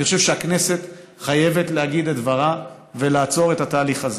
אני חושב שהכנסת חייבת להגיד את דברה ולעצור את התהליך הזה,